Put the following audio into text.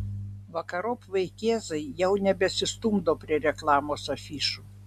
vakarop vaikėzai jau nebesistumdo prie reklamos afišų